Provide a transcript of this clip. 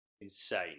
insane